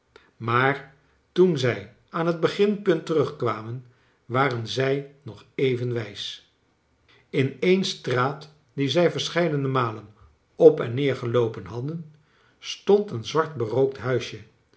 maar toen zij aan het beginpunt terugkwamen waren zij nog even wijs in een straat die zij verscheidene malen op en neer geloopen hadden stond een zwart berookt huisje